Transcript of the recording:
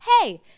hey